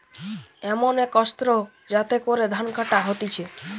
এমন এক অস্ত্র যাতে করে ধান কাটা হতিছে